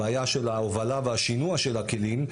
הבעיה של ההובלה והשינוע של הכלים,